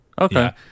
Okay